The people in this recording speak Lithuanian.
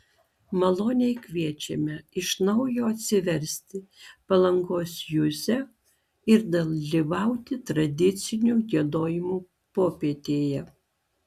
maloniai kviečiame iš naujo atsiversti palangos juzę ir dalyvauti tradicinių giedojimų popietėje